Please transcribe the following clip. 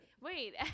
wait